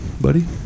Buddy